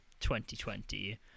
2020